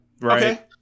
Right